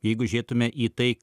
jeigu žėtume į tai